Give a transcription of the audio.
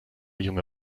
junge